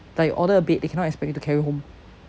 like you order a bed they cannot expect you to carry home